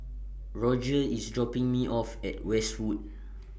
Rodger IS dropping Me off At Westwood